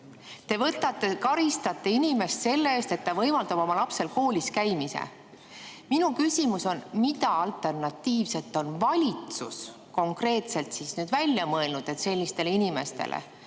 Te karistate inimest selle eest, et ta võimaldab oma lapsel koolis käia. Minu küsimus on, mida alternatiivset on valitsus konkreetselt välja mõelnud sellistele inimestele.